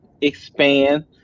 expand